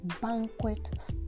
banquet